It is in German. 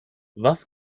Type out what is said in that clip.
was